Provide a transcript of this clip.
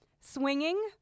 Swinging